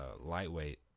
lightweight